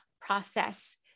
process